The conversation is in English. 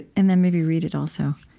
and then maybe read it, also